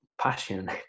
passion